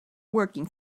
working